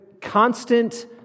constant